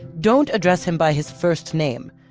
don't address him by his first name.